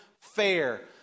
fair